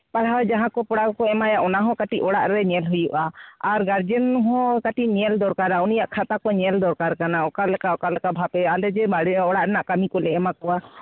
ᱯᱟᱲᱦᱟᱣ ᱡᱟᱦᱟᱸ ᱠᱚ ᱯᱚᱲᱟ ᱠᱚᱠᱚ ᱮᱢᱟᱭᱟ ᱚᱱᱟᱦᱚᱸ ᱠᱟᱹᱴᱤᱡ ᱚᱲᱟᱜ ᱨᱮ ᱧᱮᱞ ᱦᱩᱭᱩᱜᱼᱟ ᱟᱨ ᱜᱟᱨᱡᱮᱱ ᱦᱚᱸ ᱠᱟᱹᱴᱤᱡ ᱧᱮᱞ ᱫᱚᱨᱠᱟᱨᱟ ᱩᱱᱤᱭᱟᱜ ᱠᱷᱟᱛᱟ ᱠᱚ ᱧᱮᱞ ᱫᱚᱨᱠᱟᱨ ᱠᱟᱱᱟ ᱚᱠᱟ ᱞᱮᱠᱟ ᱚᱠᱟ ᱞᱮᱠᱟ ᱵᱷᱟᱵᱮ ᱟᱞᱮ ᱡᱮ ᱵᱟᱨᱭᱟ ᱚᱲᱟᱜ ᱨᱮᱱᱟᱜ ᱠᱟᱹᱢᱤ ᱠᱚᱞᱮ ᱮᱢᱟ ᱠᱚᱣᱟ